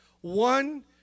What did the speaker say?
One